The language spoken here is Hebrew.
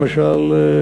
למשל,